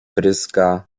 pryska